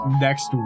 next